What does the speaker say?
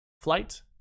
flight